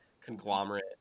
conglomerate